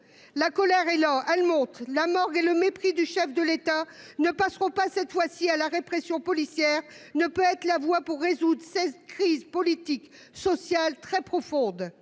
La colère est là, elle monte. La morgue et le mépris du chef de l'État ne passeront pas cette fois et la répression policière ne peut être la voie pour résoudre cette crise politique, sociale, très profonde.